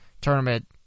tournament